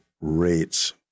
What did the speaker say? rates